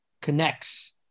connects